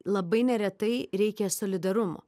labai neretai reikia solidarumo